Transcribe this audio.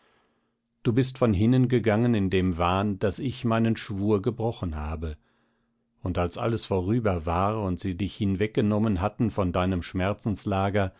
du bist von hinnen gegangen in dem wahn daß ich meinen schwur gebrochen habe und als alles vorüber war und sie dich hinweggenommen hatten von deinem